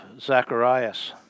Zacharias